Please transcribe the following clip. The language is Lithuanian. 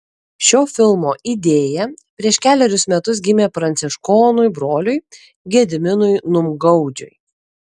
šio filmo idėja prieš kelerius metus gimė pranciškonui broliui gediminui numgaudžiui